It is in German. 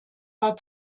war